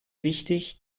wichtig